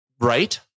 Right